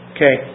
Okay